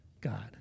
God